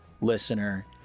listener